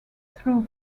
through